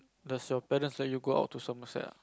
does you parents let you go out to Somerset ah